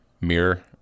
mirror